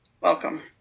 Welcome